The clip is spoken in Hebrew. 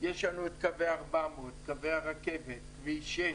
יש לנו את קווי 400, קווי הרכבת, כביש 6,